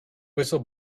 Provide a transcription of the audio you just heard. whistle